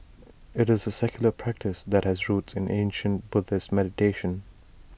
IT is A secular practice that has roots in ancient Buddhist meditation